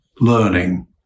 learning